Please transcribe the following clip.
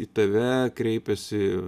į tave kreipiasi